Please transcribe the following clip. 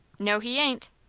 no, he ain't.